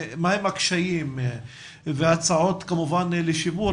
מהם הקשיים וכמובן הצעות לשיפור,